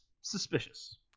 suspicious